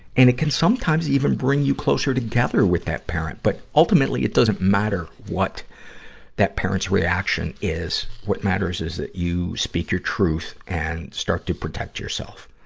and it can sometimes even bring you closer together with that parent. but ultimately, it doesn't matter what that parent's reaction is. what matters is that you speak your truth and start to protect yourself.